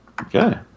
Okay